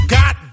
got